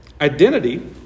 Identity